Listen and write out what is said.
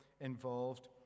involved